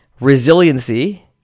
resiliency